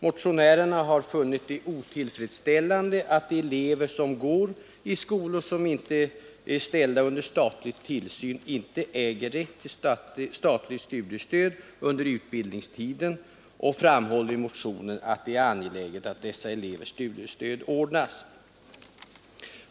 Motionärerna har funnit det otillfredsställande att de elever som går i skolor som inte är ställda under statlig tillsyn icke har rätt till statligt studiestöd under utbildningstiden och framhåller i motionen att det är angeläget att dessa elevers studiestöd ordnas.